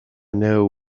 know